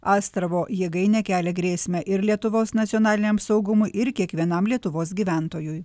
astravo jėgainė kelia grėsmę ir lietuvos nacionaliniam saugumui ir kiekvienam lietuvos gyventojui